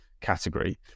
category